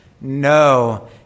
no